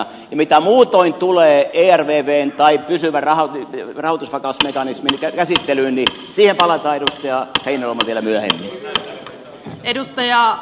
ja mitä muutoin tulee ervvn tai pysyvän rahoitusvakausmekanismin käsittelyyn niin siihen palataan edustaja heinäluoma vielä myöhemmin